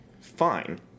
fine